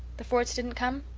the fords didn't come?